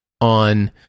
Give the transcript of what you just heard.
on